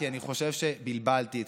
כי אני חושב שבלבלתי אתכם.